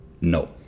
No